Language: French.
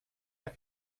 high